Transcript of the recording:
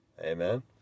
Amen